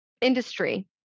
industry